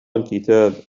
الكتاب